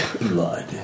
Blood